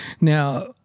Now